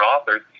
authors